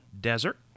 Desert